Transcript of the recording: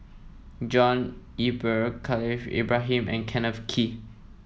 John Eber Khalil Ibrahim and Kenneth Kee